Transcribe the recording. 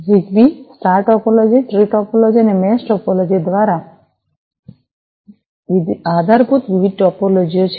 Zigbee star topology tree topology અને mesh topology દ્વારા આધારભૂત વિવિધ ટોપોલોજીઓ છે